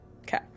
Okay